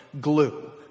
glue